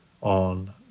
on